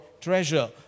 treasure